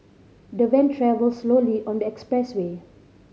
the van travelled slowly on the expressway